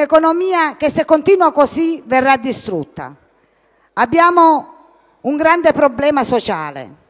economia, che, se continua così, verrà distrutta. Abbiamo un grande problema sociale.